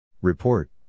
Report